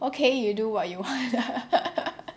okay you do what you want